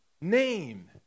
name